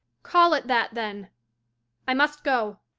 call it that, then i must go,